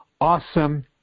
awesome